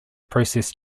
processed